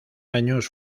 años